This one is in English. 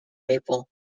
maple